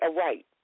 aright